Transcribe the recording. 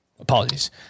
Apologies